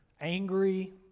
angry